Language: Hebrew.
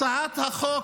הצעת החוק